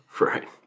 right